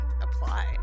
apply